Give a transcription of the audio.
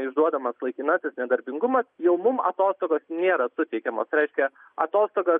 išduodamas laikinasis nedarbingumas jau mum atostogos nėra suteikiamos reiškia atostogos